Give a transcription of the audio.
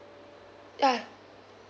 ah